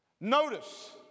Notice